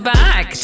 back